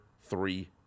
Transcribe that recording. three